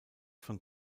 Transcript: von